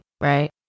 right